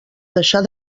deixar